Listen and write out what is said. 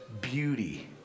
beauty